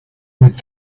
with